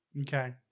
okay